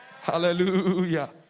Hallelujah